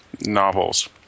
novels